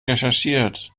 recherchiert